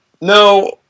no